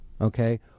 okay